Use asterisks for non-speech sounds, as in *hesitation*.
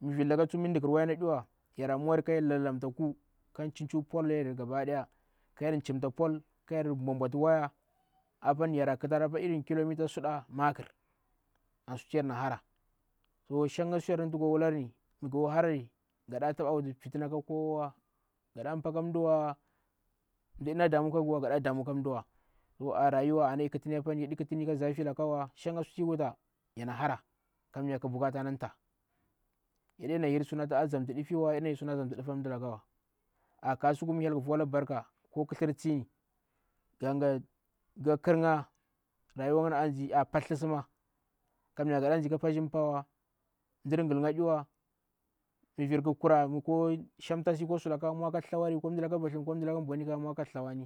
mi vilala tsuwa mi dikr waya diwa yira mwan kayar lalamta ku kan a paulyare gabadaya kayar chi paul kayar mwa mwabatu waya. Apan yira ktari apa kulometer suda makr ansutu yar na hara. So shanga su yer ngini to go wutan, mi go harari gada tampba wufi fitina ka kowawa. Gaɗapa ka mduwa, mda na da mu ka ghuwa gada da mu ka mduwa. To a rawuwa ana ei kti apani yaɗi ktni kazafiwa, shanga sufiwuta yana hara kammye, ka bukafa na mta yaɗena hir suna zamti ɗifi wa yaɗina hir suna mzamti nɗufa mduwa. A kasuku ko khithir tsi mi hyel volaga barka ghuka khirnga *hesitation* ga gamsira kura kanuya gada ndze ka patsjin pauwa. Mdir ngilnga ɗiwa. mi virkura shamtasi mwaka thstawari, ko mdalaka vithim. ko mbow migka mwa ka kwani.